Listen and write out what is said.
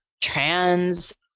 trans